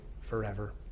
forever